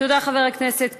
תודה לחבר הכנסת כלפה.